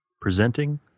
presenting